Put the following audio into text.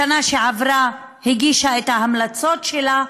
בשנה שעברה היא הגישה את ההמלצות שלה.